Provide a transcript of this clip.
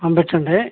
పంపించండి